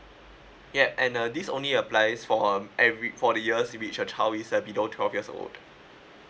ya and uh this only applies for um every for the years to reach your child is at below twelve years old